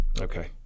okay